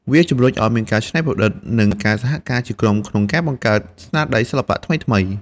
វាជំរុញឱ្យមានការច្នៃប្រឌិត និងការសហការជាក្រុមក្នុងការបង្កើតស្នាដៃសិល្បៈថ្មីៗ។